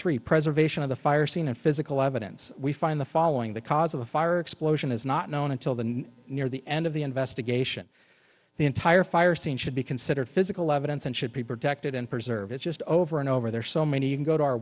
three preservation of the fire scene and physical evidence we find the following the cause of a fire or explosion is not known until the night near the end of the investigation the entire fire scene should be considered physical evidence and should be protected and preserve it's just over and over there are so many you can go to our